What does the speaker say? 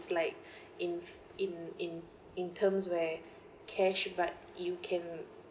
it's like in in in in terms where cash but you can